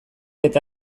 eta